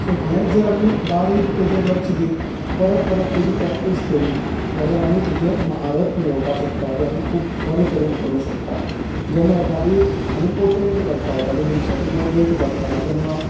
so हे जर आमी बरीक तेजेर लक्ष दित परत परत तेजी प्रॅक्टीस करीत जाल्यार आमी तेजेर महारत मेळोवपाक शकतात तें आमी खूब बरें तरेन करूं शकतात जेन्ना एकादी आमी पोट्रेट काडटा एखादी आमी मनशाची पोट्रेट काडटात तेन्ना